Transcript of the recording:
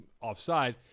offside